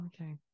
okay